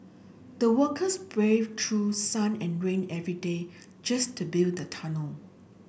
the workers braved through sun and rain every day just to build the tunnel